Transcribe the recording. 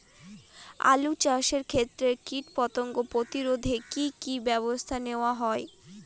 আলু চাষের ক্ষত্রে কীটপতঙ্গ প্রতিরোধে কি কী ব্যবস্থা নেওয়া হয়?